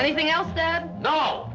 anything else than no